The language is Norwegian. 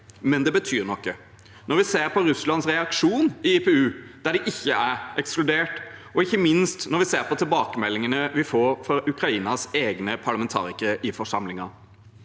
men det betyr noe når vi ser Russlands reaksjon i IPU, der de ikke er ekskludert, og ikke minst når vi ser tilbakemeldingene vi får fra Ukrainas egne parlamentarikere i forsamlingen.